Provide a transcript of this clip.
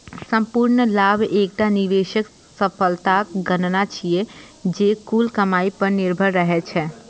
संपूर्ण लाभ एकटा निवेशक सफलताक गणना छियै, जे कुल कमाइ पर निर्भर रहै छै